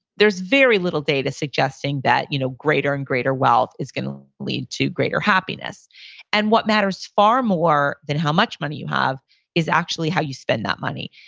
there's very little data suggesting that you know greater and greater wealth is going to lead to greater happiness and what matters far more than how much money you have is actually how you spend that money.